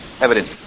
evidence